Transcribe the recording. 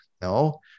No